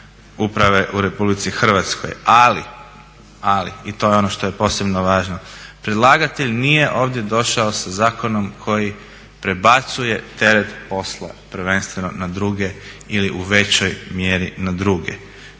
uprave u RH. Ali, ali i to je ono što je posebno važno, predlagatelj ovdje došao sa zakonom koji prebacuje teret posla prvenstveno na druge ili u većoj mjeri na druge.